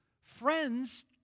friends